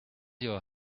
your